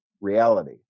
reality